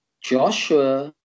Joshua